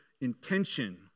intention